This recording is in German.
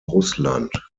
russland